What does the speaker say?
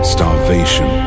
Starvation